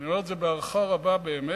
אני אומר את זה בהערכה רבה, באמת,